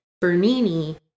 bernini